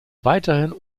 weiterhin